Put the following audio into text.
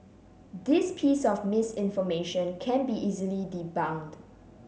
this piece of misinformation can be easily debunked